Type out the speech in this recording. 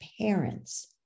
parents